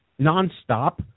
nonstop